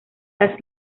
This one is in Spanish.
las